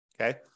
Okay